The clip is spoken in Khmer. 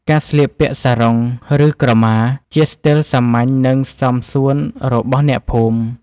ការស្លៀកពាក់សារុង ឬក្រមា ជាស្ទីលសាមញ្ញ និងសមសួនរបស់អ្នកភូមិ។